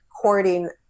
courting